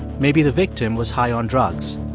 maybe the victim was high on drugs.